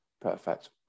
perfect